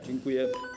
Dziękuję.